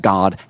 God